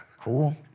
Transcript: cool